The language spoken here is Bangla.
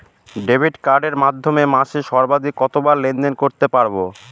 ডেবিট কার্ডের মাধ্যমে মাসে সর্বাধিক কতবার লেনদেন করতে পারবো?